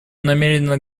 намерены